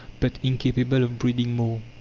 but incapable of breeding more.